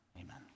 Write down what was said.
amen